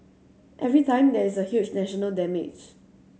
every time there is huge national damage